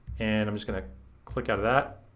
and i'm just gonna click out of that,